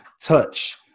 touch